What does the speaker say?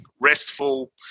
restful